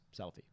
Selfie